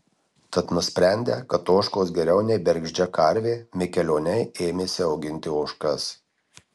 tad nusprendę kad ožkos geriau nei bergždžia karvė mikelioniai ėmėsi auginti ožkas